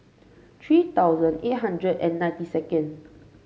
three thousand eight hundred and ninety second